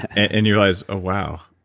and you realize, wow,